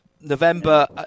November